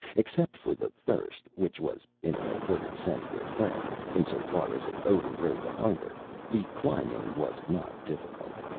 except for the thirst which was in an inverted sense their friend, insofar as it overrode the hunger the climbing was not difficult.